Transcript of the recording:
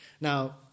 now